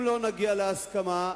אם לא נגיע להסכמה,